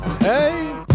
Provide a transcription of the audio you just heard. hey